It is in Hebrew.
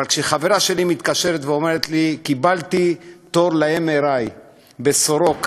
אבל כשחברה שלי מתקשרת ואומרת לי: קיבלתי תור ל-MRI בסורוקה